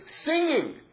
singing